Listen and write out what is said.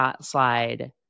slide